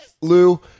Lou